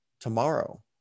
tomorrow